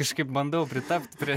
kažkaip bandau pritapt prie